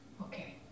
okay